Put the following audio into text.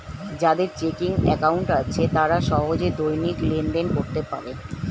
যাদের checking account আছে তারা সহজে দৈনিক লেনদেন করতে পারে